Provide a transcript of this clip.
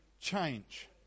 change